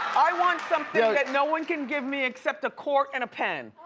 i want something that no one can give me except the court and a pen.